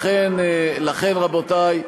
לכן, רבותי,